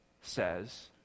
says